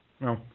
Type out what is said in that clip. No